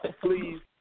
please